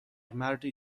مردی